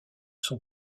son